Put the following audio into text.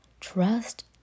Trust